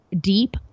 deep